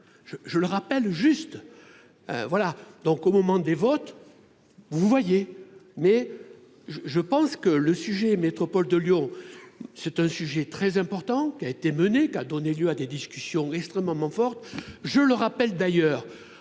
je le rappelle juste voilà donc au moment des votes vous voyez mais je, je pense que le sujet, métropole de Lyon, c'est un sujet très important qui a été menée qui a donné lieu à des discussions extrêmement forte, je le rappelle d'ailleurs